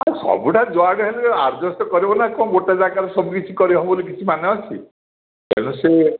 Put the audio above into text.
ଆଉ ସବୁଟା ଯୁଆଡ଼ୁ ହେଲେ ଆଡଜସ୍ଟ କରିବୁନା ନା କ'ଣ ଗୋଟେ ଜାଗାରେ ସବୁ କିଛି କରିବ ହେବ ବୋଲି କିଛି ମାନେ ଅଛି ତେଣୁ ସେ